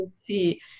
see